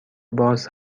باز